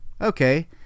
Okay